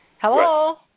Hello